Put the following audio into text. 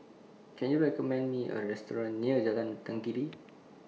Can YOU recommend Me A Restaurant near Jalan Tenggiri